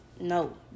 No